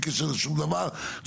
בלי קשר לשום דבר.